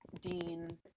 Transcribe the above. Dean